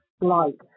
light